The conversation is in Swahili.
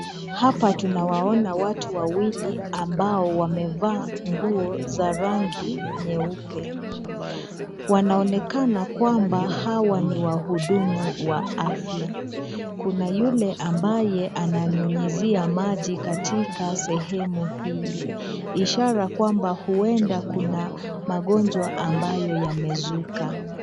Hapa tunawaona watu wawili, ambao wamevaa nguo za rangi nyeupe. Wanaonekana kwamba hawa ni wahudumu wa afya. Kuna yule ambaye ananyunyuzia maji katika sehemu hii. Ishara kwamba huenda kuna magonjwa ambayo yamezuka.